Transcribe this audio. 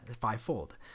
fivefold